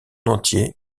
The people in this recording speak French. entier